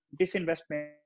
disinvestment